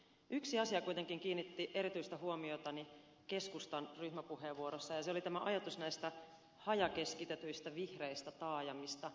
yksi asia kuitenkin kiinnitti erityistä huomiotani keskustan ryhmäpuheenvuorossa ja se oli tämä ajatus näistä hajakeskitetyistä vihreistä taajamista